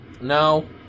No